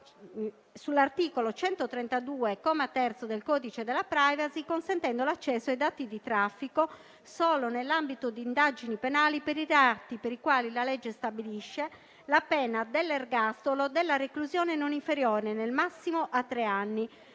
sull'articolo 132, comma 3, del codice della *privacy* consentendo l'accesso ai dati di traffico solo nell'ambito di indagini penali per i reati per i quali la legge stabilisce la pena dell'ergastolo o della reclusione non inferiore nel massimo a tre anni,